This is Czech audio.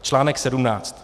Článek 17.